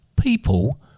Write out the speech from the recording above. People